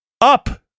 up